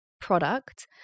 product